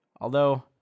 Although